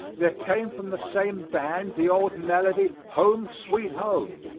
there came from the same band the old melody, home, sweet home.